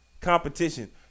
competition